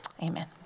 amen